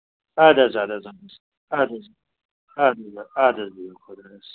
اَدٕ حظ اَدٕ حظ آ اَدٕ حظ اَدٕ حظ بِہِو خدایَس حَوال